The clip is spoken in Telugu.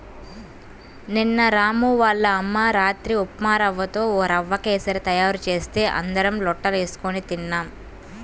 నిన్న రాము వాళ్ళ అమ్మ రాత్రి ఉప్మారవ్వతో రవ్వ కేశరి తయారు చేస్తే అందరం లొట్టలేస్కొని తిన్నాం